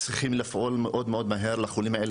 גם בטרשת נפוצה יש טיפולים מאוד חדשים מצילי חיים,